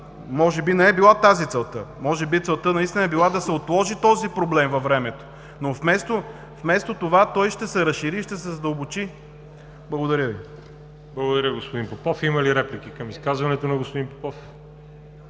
може би не е била това целта, може би целта е била да се отложи този проблем във времето, но вместо това той ще се разшири и ще се задълбочи. Благодаря Ви. ПРЕДСЕДАТЕЛ ВАЛЕРИ ЖАБЛЯНОВ: Благодаря, господин Попов. Има ли реплики към изказването на господин Попов?